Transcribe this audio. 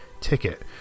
ticket